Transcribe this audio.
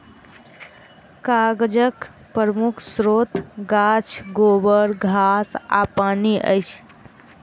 कागजक प्रमुख स्रोत गाछ, गोबर, घास आ पानि अछि